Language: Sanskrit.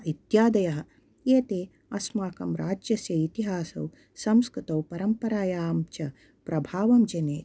इत्यादयः एते अस्माकं राज्यस्य इतिहासे संस्कृतौ परम्परायां च प्रभावं जनयति